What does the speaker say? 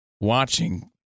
watching